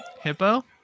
Hippo